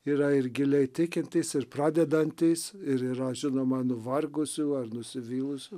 yra ir giliai tikintys ir pradedantys ir yra žinoma nuvargusių ar nusivylusių